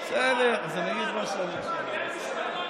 בסדר, אני אגיד מה שאני, על השלטון.